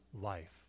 life